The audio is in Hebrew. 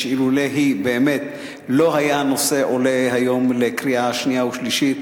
שאילולא היא באמת לא היה הנושא עולה היום לקריאה שנייה ושלישית,